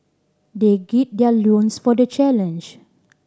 they gird their loins for the challenge